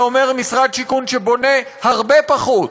זה אומר משרד שיכון שבונה הרבה פחות,